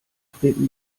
treten